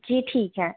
जी ठीक है